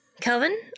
Kelvin